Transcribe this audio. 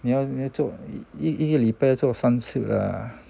你要做一一个礼拜要做三次啊